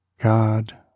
God